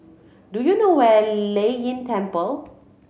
do you know where Lei Yin Temple